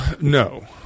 No